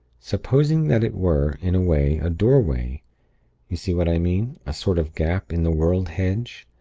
supposing that it were, in a way, a doorway you see what i mean? a sort of gap in the world-hedge.